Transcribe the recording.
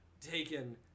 taken